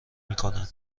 میکنن